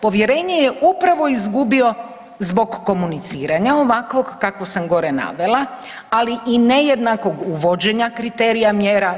Povjerenje je upravo izgubio zbog komuniciranja ovakvog kako sam gore navela, ali i nejednakog uvođenja kriterija mjera.